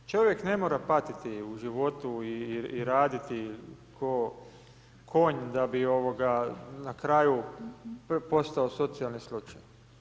Čovjek ne mora patiti u životu i raditi ko konj da bi ovoga na kraju postao socijalni slučaj.